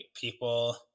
people